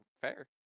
fair